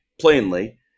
plainly